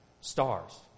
stars